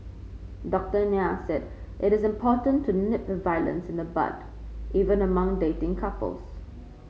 Doctor Nair said it is important to nip violence in the bud even among dating couples